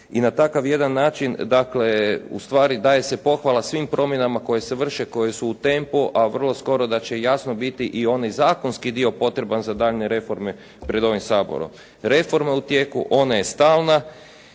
I na takav jedan način ustvari daje se pohvala svim promjenama koje se vrše, koje su u tempu, a vrlo skoro da će jasno biti i oni zakonski dio potreban za daljnje reforme pred ovim Saborom. Reforma je u tijeku, ona je stalna,